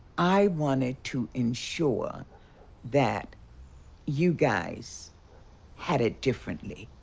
i wanted to ensure that you guys had it differently.